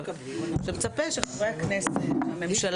בזמן שאנחנו עוסקים במציאות הכאוטית במדינת ישראל